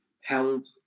held